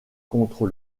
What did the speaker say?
contre